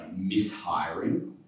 mishiring